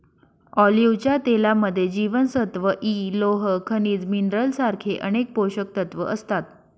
ऑलिव्हच्या तेलामध्ये जीवनसत्व इ, लोह, खनिज मिनरल सारखे अनेक पोषकतत्व असतात